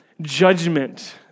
judgment